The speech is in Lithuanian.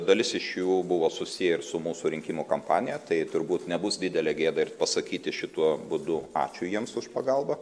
dalis iš jų buvo susiję ir su mūsų rinkimų kampanija tai turbūt nebus didelė gėda ir pasakyti šituo būdu ačiū jiems už pagalbą